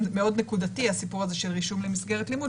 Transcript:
מאוד נקודתי הסיפור הזה של רישום למסגרת לימוד,